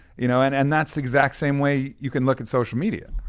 you know and and that's the exact same way you can look at social media.